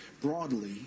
broadly